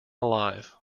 alive